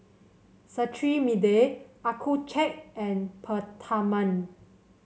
Cetrimide Accucheck and Peptamen